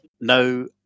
no